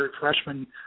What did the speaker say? freshman